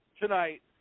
tonight